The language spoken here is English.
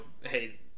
hey